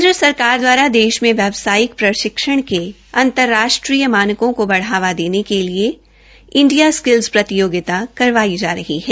केन्द्र सरकार दवारा देश में व्यावसायिक प्रशिक्षण के अंतर्राष्ट्रीय मानकों को बढ़ावा देने के लिए इंडिय सिक्ल्स प्रतियोगिता करवाई जा रही है